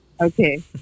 Okay